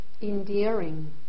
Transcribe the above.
endearing